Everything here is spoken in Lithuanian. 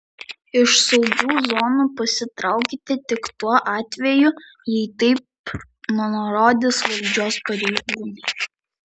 iš saugių zonų pasitraukite tik tuo atveju jei taip nurodys valdžios pareigūnai